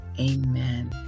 Amen